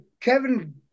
Kevin